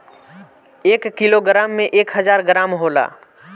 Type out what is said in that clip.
एक किलोग्राम में एक हजार ग्राम होला